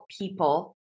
people